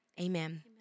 Amen